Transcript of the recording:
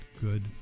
good